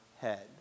head